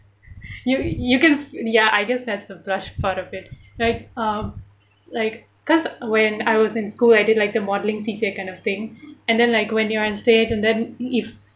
you you can and ya I guess that's the blush part of it like um like because when I was in school I did like the modeling C_C_A kind of thing and then like when you are onstage and then if